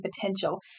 potential